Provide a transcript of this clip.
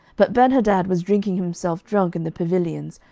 but benhadad was drinking himself drunk in the pavilions,